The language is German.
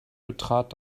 betrat